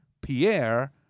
Pierre